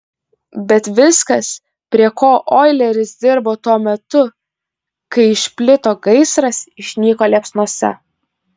bet viskas prie ko oileris dirbo tuo metu kai išplito gaisras išnyko liepsnose